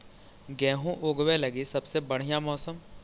गेहूँ ऊगवे लगी सबसे बढ़िया मौसम?